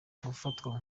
gufatwa